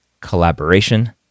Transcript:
Collaboration